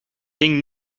ging